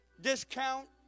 discount